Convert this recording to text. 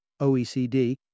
OECD